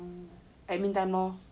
admin time lor